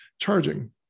charging